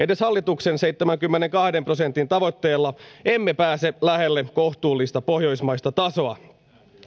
edes hallituksen seitsemänkymmenenkahden prosentin tavoitteella emme pääse lähelle kohtuullista pohjoismaista tasoa